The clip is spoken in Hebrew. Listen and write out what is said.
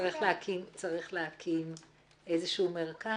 צריך להקים איזשהו מרכז.